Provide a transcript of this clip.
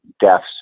deaths